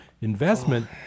investment